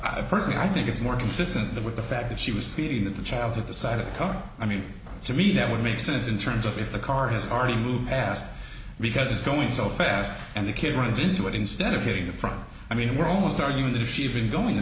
have personally i think is more consistent than with the fact that she was feeding the child at the side of the car i mean to me that would make sense in terms of if the car his r v movie asked because it's going so fast and the kid runs into it instead of hitting the front i mean we're almost arguing that if she had been going the